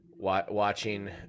Watching